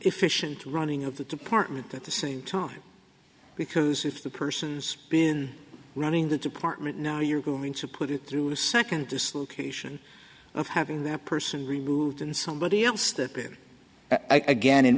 efficient running of the department at the same time because if the person who's been running the department know you're going to put it through second dislocation of having that person removed and somebody else that again in